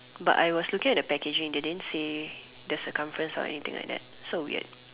but I was looking at the packaging they didn't say the circumference or anything like that so weird